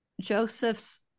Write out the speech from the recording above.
Joseph's